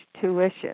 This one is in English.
tuition